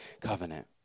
covenant